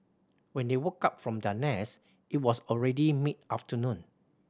when they woke up from their it was already mid afternoon